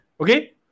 okay